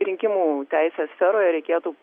rinkimų teisės sferoje reikėtų